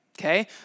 Okay